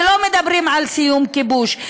ולא מדברים על סיום כיבוש.